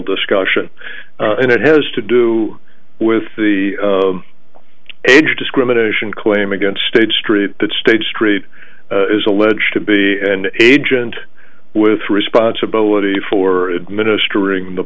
discussion and it has to do with the age discrimination claim against state street that state street is alleged to be an agent with responsibility for administering the